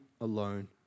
alone